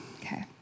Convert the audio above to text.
Okay